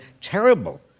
terrible